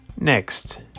next